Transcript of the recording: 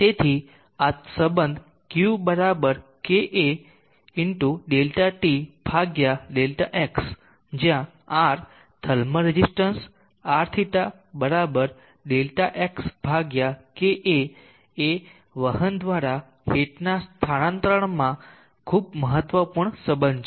તેથી આ સંબંધ q kA ΔT Δx જ્યાં R thermal resistance Rθ Δ x kA એ વહન દ્વારા હીટના સ્થાનાંતરણમાં ખૂબ મહત્વપૂર્ણ સંબંધ છે